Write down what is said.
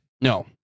No